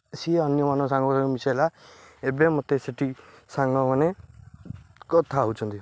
ସେ ଅନ୍ୟମାନଙ୍କ ସାଙ୍ଗ ସହ ମିଶାଇଲା ଏବେ ମତେ ସେଇଠି ସାଙ୍ଗମାନେ କଥା ହେଉଛନ୍ତି